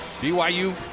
BYU